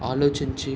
ఆలోచించి